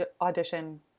audition